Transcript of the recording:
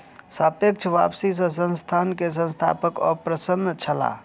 सापेक्ष वापसी सॅ संस्थान के संस्थापक अप्रसन्न छलाह